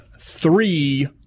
three